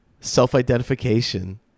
self-identification